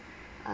err